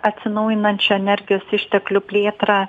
atsinaujinančią energijos išteklių plėtrą